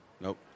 Nope